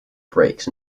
brakes